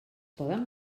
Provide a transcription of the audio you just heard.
poden